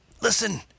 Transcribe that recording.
Listen